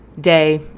day